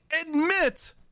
admit